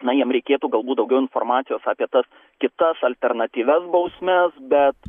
na jiem reikėtų galbūt daugiau informacijos apie tas kitas alternatyvias bausmes bet